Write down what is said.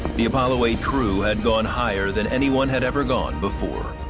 the apollo eight crew had gone higher than anyone had ever gone before.